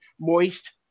moist